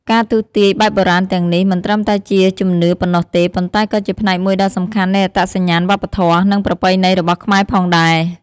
ការទស្សន៍ទាយបែបបុរាណទាំងនេះ មិនត្រឹមតែជាជំនឿប៉ុណ្ណោះទេ ប៉ុន្តែក៏ជាផ្នែកមួយដ៏សំខាន់នៃអត្តសញ្ញាណវប្បធម៌ និងប្រពៃណីរបស់ខ្មែរផងដែរ។